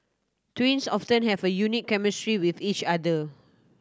twins often have a unique chemistry with each other